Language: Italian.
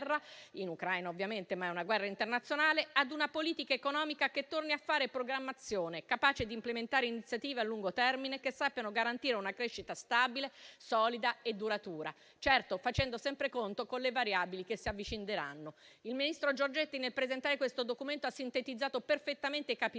in Ucraina (ma si tratta di una guerra internazionale) ad una politica economica che torni a fare programmazione, capace di implementare iniziative a lungo termine, che sappiano garantire una crescita stabile, solida e duratura, facendo sempre i conti con le variabili che si avvicineranno. Il ministro Giorgetti, nel presentare questo documento, ha sintetizzato perfettamente i capisaldi